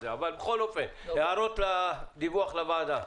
אבל בכל אופן, הערות לדיווח לוועדה?